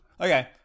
Okay